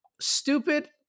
stupid